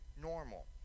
normal